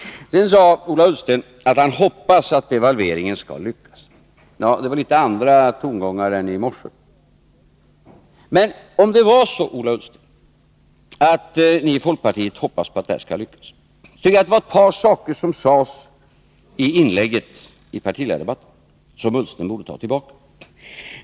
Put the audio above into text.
Sedan sade Ola Ullsten att han hoppas att devalveringen skall lyckas. Ja, det är litet andra tongångar än de som hördes i morse. Men om det är så, Ola Ullsten, att ni i folkpartiet hoppas att det här skall lyckas, så är det ett par saker som sades i inlägget i partiledardebatten som Ola Ullsten borde ta tillbaka.